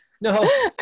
no